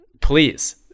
Please